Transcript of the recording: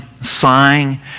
sighing